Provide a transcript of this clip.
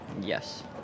Yes